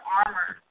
armor